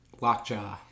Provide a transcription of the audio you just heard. Lockjaw